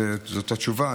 זו התשובה.